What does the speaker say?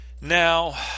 Now